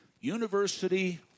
university